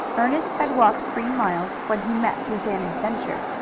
ernest had walked three miles when he met with an adventure.